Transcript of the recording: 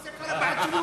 זה כתוב בעיתונות.